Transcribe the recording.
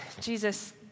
Jesus